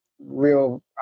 real